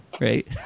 right